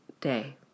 day